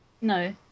No